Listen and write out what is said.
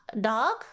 dog